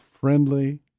friendly